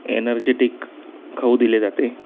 energetic खाऊ दिले जाते